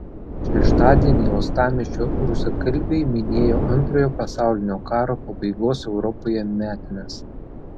šeštadienį uostamiesčio rusakalbiai minėjo antrojo pasaulinio karo pabaigos europoje metines